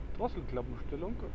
Drosselklappenstellung